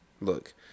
Look